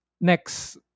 next